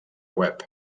web